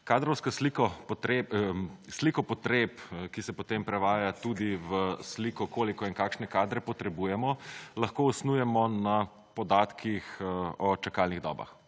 predvsem. Sliko potreb, ki se potem prevaja tudi v sliko, koliko in kakšne kadre potrebujemo, lahko osnujemo na podatkih o čakalnih dobah